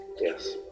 Yes